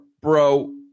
bro